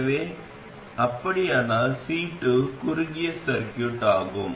எனவே அப்படியானால் C2 குறுகிய சர்கியூட் ஆகும்